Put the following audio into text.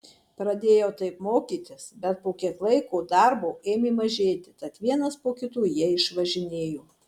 pradėjau taip mokytis bet po kiek laiko darbo ėmė mažėti tad vienas po kito jie išsivažinėjo